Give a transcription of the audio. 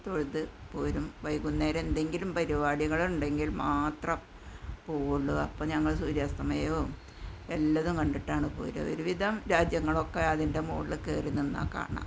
തൊഴുതു പോരും വൈകുന്നേരം എന്തെങ്കിലും പരിപാടികളുണ്ടെങ്കില് മാത്രം പോകുകയുള്ളു അപ്പം ഞങ്ങൾ സൂര്യാസ്തമയവും എല്ലതും കണ്ടിട്ടാണ് പോരുക ഒരുവിധം രാജ്യങ്ങളൊക്കെ അതിന്റെ മുകളിൽ കയറിനിന്നാൽ കാണാം